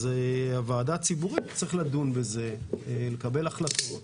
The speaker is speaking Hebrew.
אז הוועדה הציבורית תצטרך לדון בזה, לקבל החלטות.